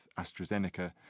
AstraZeneca